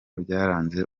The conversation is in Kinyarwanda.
byaranze